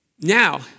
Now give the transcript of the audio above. Now